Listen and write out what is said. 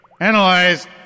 Analyze